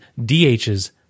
DHs